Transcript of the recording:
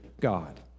God